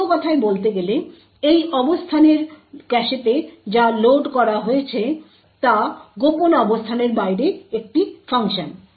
অন্য কথায় বলতে গেলে এই অবস্থানের ক্যাশেতে যা লোড করা হয়েছে তা গোপন অবস্থানের বাইরে একটি ফাংশন